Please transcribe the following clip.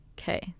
okay